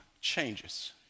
changes